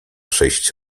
sześć